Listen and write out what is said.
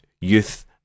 youth